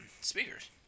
speakers